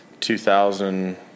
2000